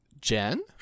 Jen